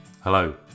Hello